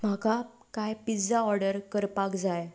म्हाका कांय pizza order करपाक जाय